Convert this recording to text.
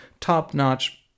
top-notch